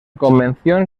convención